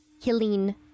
killing